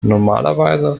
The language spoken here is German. normalerweise